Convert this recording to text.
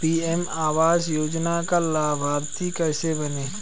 PM आवास योजना का लाभर्ती कैसे बनें?